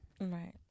Right